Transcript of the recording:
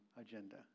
agenda